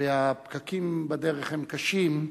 והפקקים בדרך הם קשים,